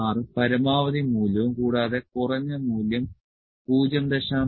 16 പരമാവധി മൂല്യവും കൂടാതെ കുറഞ്ഞ മൂല്യം 0